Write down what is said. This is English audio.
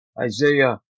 Isaiah